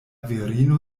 virino